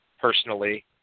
personally